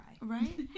right